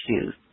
issues